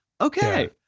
okay